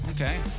Okay